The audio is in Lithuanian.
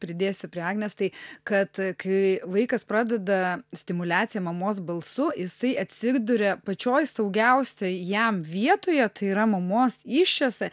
pridėsiu prie agnės tai kad kai vaikas pradeda stimuliaciją mamos balsu jisai atsiduria pačioj saugiausioj jam vietoje tai yra mamos įsčiose